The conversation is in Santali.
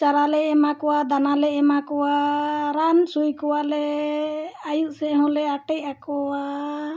ᱪᱟᱨᱟ ᱞᱮ ᱮᱢᱟ ᱠᱚᱣᱟ ᱫᱟᱱᱟᱞᱮ ᱮᱢᱟ ᱠᱚᱣᱟ ᱨᱟᱱ ᱥᱩᱭ ᱠᱚᱣᱟᱞᱮ ᱟᱭᱩᱵ ᱥᱮᱫ ᱦᱚᱸᱞᱮ ᱟᱴᱮᱡ ᱟᱠᱚᱣᱟ